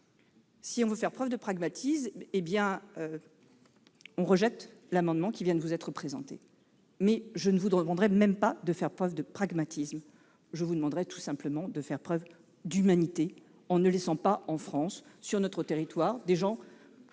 si vous voulez faire preuve de pragmatisme, vous rejetterez l'amendement qui vient de vous être présenté. Cela dit, je ne vous demande même pas de faire preuve de pragmatisme ; je vous demande, tout simplement, de faire preuve d'humanité, en ne laissant pas en France, sur notre territoire, des gens